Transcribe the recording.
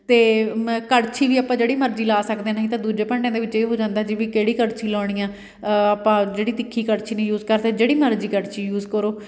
ਅਤੇ ਮ ਕੜਛੀ ਵੀ ਆਪਾਂ ਜਿਹੜੀ ਮਰਜ਼ੀ ਲਾ ਸਕਦੇ ਨਹੀਂ ਤਾਂ ਦੂਜੇ ਭਾਂਡਿਆਂ ਦੇ ਵਿੱਚ ਇਹ ਹੋ ਜਾਂਦਾ ਜੀ ਵੀ ਕਿਹੜੀ ਕੜਛੀ ਲਾਉਣੀ ਆ ਆਪਾਂ ਜਿਹੜੀ ਤਿੱਖੀ ਕੜਛੀ ਨਹੀਂ ਯੂਜ ਕਰਦੇ ਜਿਹੜੀ ਮਰਜ਼ੀ ਕੜਛੀ ਯੂਜ ਕਰੋ